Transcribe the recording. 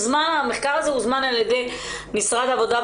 המחקר הרי הוזמן על ידי משרד העבודה,